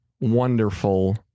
wonderful